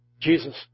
Jesus